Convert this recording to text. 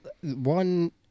one